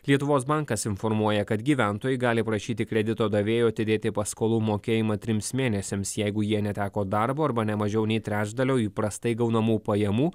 lietuvos bankas informuoja kad gyventojai gali prašyti kredito davėjo atidėti paskolų mokėjimą trims mėnesiams jeigu jie neteko darbo arba ne mažiau nei trečdalio įprastai gaunamų pajamų